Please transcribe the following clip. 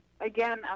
again